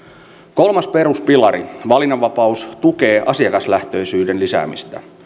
kolmas peruspilari valinnanvapaus tukee asiakaslähtöisyyden lisäämistä